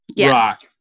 rock